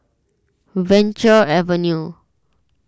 Venture Avenue